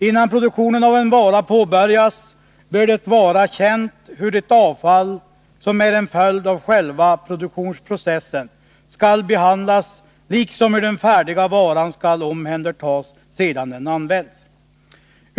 Innan produktionen av en vara påbörjas bör det vara känt hur det avfall som är en följd av själva varan omhändertas sedan den använts.